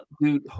Dude